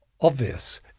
obvious